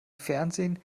fernsehen